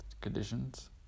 conditions